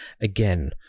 again